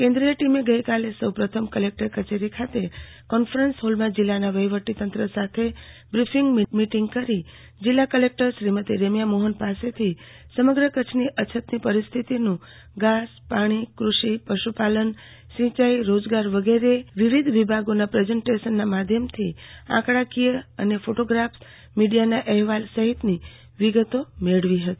કેન્દ્રીય ટીમે ગઈકાલે સૌ પ્રથમ કલેકટર કચેરી ખાતે કોન્ફરન્સ હોલમાં જિલ્લાના વહીવટીતંત્ર સાથે બ્રિફિંગ મીટીંગ કરી જિલ્લા કલેકટર શ્રીમતી રેમ્યા મોહન પાસેથી સમગ્ર કચ્છની અછતની પરિસ્થિતિનું ઘાસ પાણી કૃષિ પશુપાલન સિંચાઇ રોજગારી વગેરે વિવિધ વિભાગોના પ્રેઝન્ટેશનના માધ્યમથી આંકડાકીય અને ફોટોગ્રાફસ મીડિયાના અહેવાલ સહિતની વિગતો મેળવી હતી